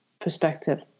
perspective